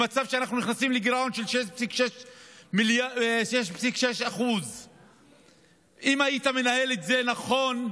במצב שאנחנו נכנסים לגירעון של 6.6%. אם היית מנהל את זה נכון,